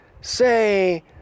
Say